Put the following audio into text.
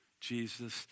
Jesus